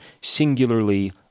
singularly